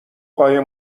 قایم